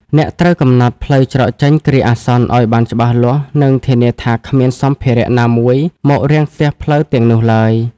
អ្នកត្រូវកំណត់ ផ្លូវច្រកចេញគ្រាអាសន្ន ឱ្យបានច្បាស់លាស់ និងធានាថាគ្មានសម្ភារៈណាមួយមករាំងស្ទះផ្លូវទាំងនោះឡើយ។